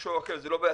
מישהו אחר.